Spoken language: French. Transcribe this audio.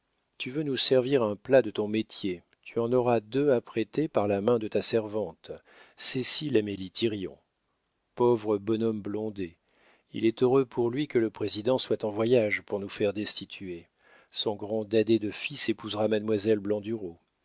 tu veux nous servir un plat de ton métier tu en auras deux apprêtés par la main de ta servante cécile amélie thirion pauvre bonhomme blondet il est heureux pour lui que le président soit en voyage pour nous faire destituer son grand dadais de fils épousera mademoiselle